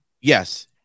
yes